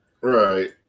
Right